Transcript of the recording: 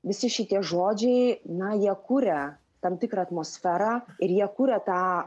visi šitie žodžiai na jie kuria tam tikrą atmosferą ir jie kuria tą